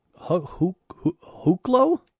Huklo